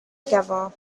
together